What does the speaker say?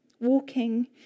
walking